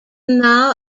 now